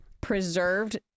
preserved